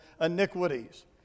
iniquities